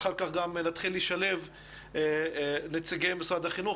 ואחר כך נתחיל לשלב את נציגי משרד החינוך